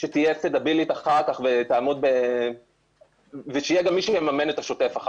ושאחר כך יהיה גם מי שיממן בשוטף,